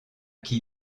qui